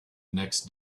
next